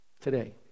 today